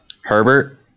Herbert